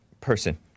person